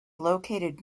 located